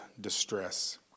distress